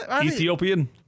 Ethiopian